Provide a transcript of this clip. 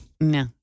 No